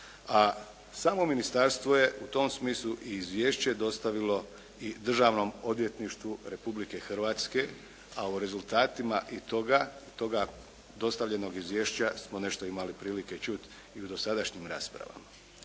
A samo ministarstvo je u tom smislu i izvješće dostavilo Državnom odvjetništvu Republike Hrvatske, a o rezultatima i toga, toga dostavljenog izvješća smo nešto imali prilike čuti i u dosadašnjim raspravama.